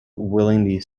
willingly